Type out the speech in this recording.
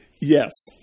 yes